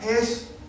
es